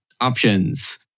options